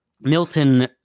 milton